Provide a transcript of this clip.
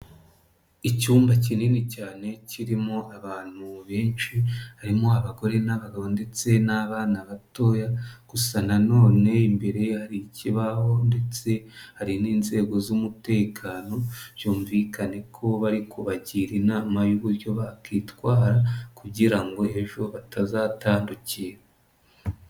Icyumba kinini cyane kirimo abantu benshi, harimo abagore n'abagabo ndetse n'abana batoya, gusa na none imbere hari ikibaho ndetse hari n'inzego z'umutekano, byumvikane ko bari kubagira inama y'uburyo bakwitwara kugira ngo ejo batazatandukira.